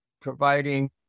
providing